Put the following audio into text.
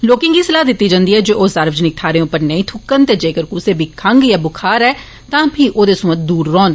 लोकें गी सलाह् दित्ती जंदी ऐ जे ओ सार्वजनिक थाहूरें उप्पर नेंई थुक्कन ते जेकर कुसै गी खंग या बुखार ऐ तां फीह् औदे सोयां दूर रौहन